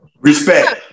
Respect